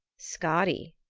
skadi,